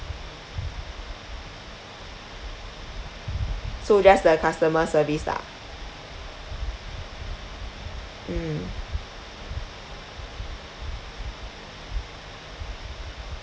so just the customer service lah mm